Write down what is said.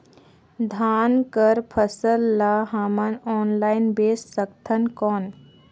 धान कर फसल ल हमन ऑनलाइन बेच सकथन कौन?